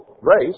race